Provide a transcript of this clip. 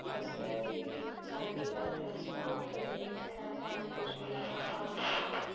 असें बी साढ़ी जात्तरा समाप्त होई नी उत्थै असें आटो चाहिदा हा